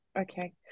Okay